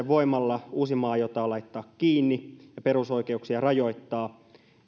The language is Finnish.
voimalla uusimaa aiotaan laittaa kiinni ja perusoikeuksia rajoittaa